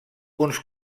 uns